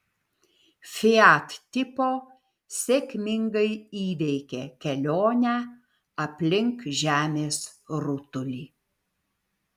fiat tipo sėkmingai įveikė kelionę aplink žemės rutulį